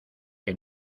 que